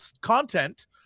content